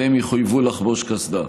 והם יחויבו לחבוש קסדה.